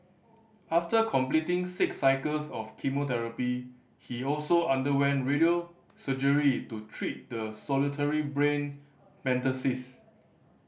after completing six cycles of chemotherapy he also underwent radio surgery to treat the solitary brain metastasis